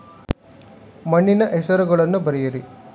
ಮಣ್ಣಿನ ಹೆಸರುಗಳನ್ನು ಬರೆಯಿರಿ